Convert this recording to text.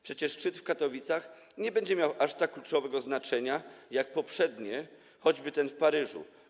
Przecież szczyt w Katowicach nie będzie miał aż tak kluczowego znaczenia jak poprzednie szczyty, choćby ten w Paryżu.